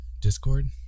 discord